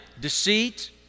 deceit